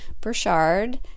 Burchard